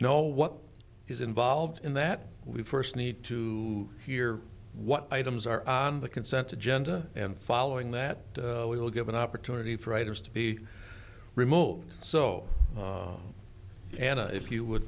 know what is involved in that we first need to hear what items are on the consent agenda and following that we will give an opportunity for writers to be remote so and if you would